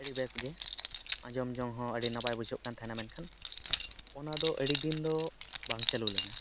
ᱟᱹᱰᱤ ᱵᱮᱥ ᱜᱮ ᱟᱡᱚᱢ ᱡᱚᱝ ᱦᱚᱸ ᱟᱹᱰᱤ ᱱᱟᱯᱟᱭ ᱵᱩᱡᱷᱟᱹᱜ ᱠᱟᱱ ᱛᱟᱦᱮᱱᱟ ᱢᱮᱱᱠᱷᱟᱱ ᱚᱱᱟᱫᱚ ᱟᱹᱰᱤ ᱫᱤᱱ ᱫᱚ ᱵᱟᱝ ᱪᱟᱹᱞᱩ ᱞᱮᱱᱟ